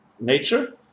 nature